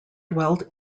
dwelt